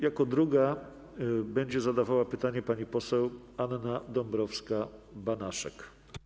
Jako druga będzie zadawała pytanie pani poseł Anna Dąbrowska-Banaszek.